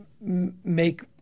make